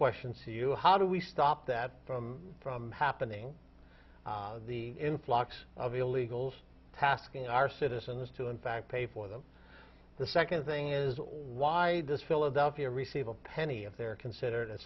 questions for you how do we stop that from happening the influx of illegals tasking our citizens to in fact pay for them the second thing is why this philadelphia receive a penny if they're consider